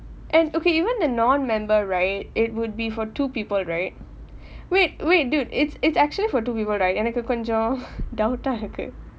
and okay even the non member right it would be for two people right wait wait dude it's it's actually for two people right எனக்கு கொஞ்சம்:enakku koncham doubt ah இருக்கு:irukku